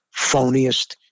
phoniest